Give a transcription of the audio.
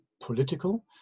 political